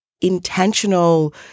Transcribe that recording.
intentional